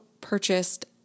purchased